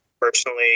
personally